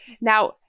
Now